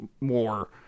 more